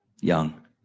Young